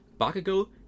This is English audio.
Bakugo